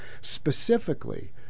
specifically